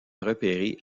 repérer